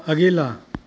अगिला